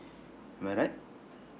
am I right